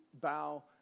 bow